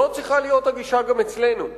זאת צריכה להיות הגישה גם אצלנו.